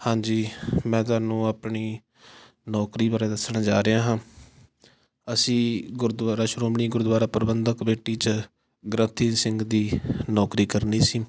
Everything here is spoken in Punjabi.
ਹਾਂਜੀ ਮੈਂ ਤੁਹਾਨੂੰ ਆਪਣੀ ਨੌਕਰੀ ਬਾਰੇ ਦੱਸਣ ਜਾ ਰਿਹਾ ਹਾਂ ਅਸੀਂ ਗੁਰਦੁਆਰਾ ਸ਼੍ਰੋਮਣੀ ਗੁਰਦੁਆਰਾ ਪ੍ਰਬੰਧਕ ਕਮੇਟੀ 'ਚ ਗ੍ਰੰਥੀ ਸਿੰਘ ਦੀ ਨੌਕਰੀ ਕਰਨੀ ਸੀ